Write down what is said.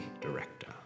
director